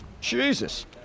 Jesus